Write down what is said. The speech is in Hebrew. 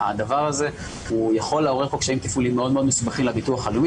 הדבר הזה יכול לעורר קשיים תפעוליים מאוד-מאוד מסובכים לביטוח הלאומי,